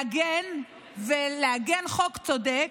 לעגן חוק צודק,